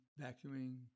vacuuming